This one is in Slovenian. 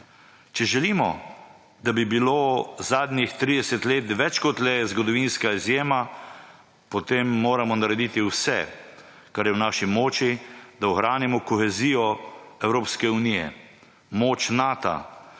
Če želimo, da bi bilo zadnjih 30 let več kot le zgodovinska izjema, potem moramo narediti vse, kar je v naši moči, da ohranimo kohezijo Evropske unije, moč NATA,